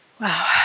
Wow